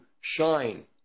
shine